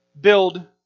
build